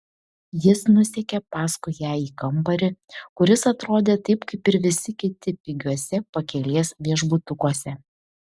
jis nusekė paskui ją į kambarį kuris atrodė taip kaip ir visi kiti pigiuose pakelės viešbutukuose